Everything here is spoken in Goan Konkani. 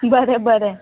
बरें बरें